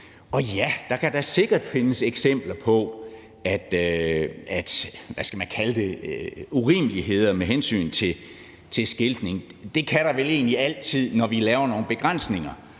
Og ja, der kan da sikkert findes eksempler på urimeligheder med hensyn til skiltning. Det kan der vel egentlig altid, når vi laver nogle begrænsninger